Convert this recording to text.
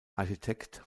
architekt